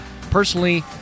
Personally